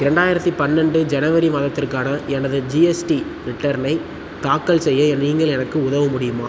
இரண்டாயிரத்தி பன்னெண்டு ஜனவரி மாதத்திற்கான எனது ஜிஎஸ்டி ரிட்டர்னை தாக்கல் செய்ய நீங்கள் எனக்கு உதவ முடியுமா